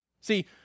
See